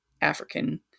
african